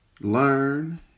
learn